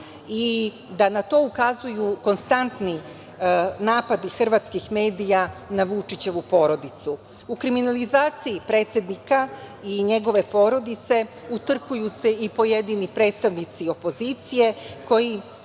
i da na to ukazuju konstantni napadi hrvatskih medija na Vučićevu porodicu.U kriminalizaciji predsednika i njegove porodice utrkuju se i pojedini predstavnici opozicije